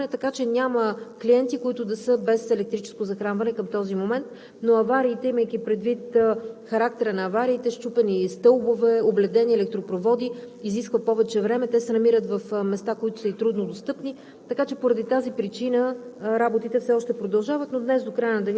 работата продължава и към настоящия момент, е включено резервно захранване, така че няма клиенти, които да са без електрическо захранване към този момент, но имайки предвид характера на авариите – счупени стълбове, обледенени електропроводи, изисква повече време. Те се намират на места, които са труднодостъпни.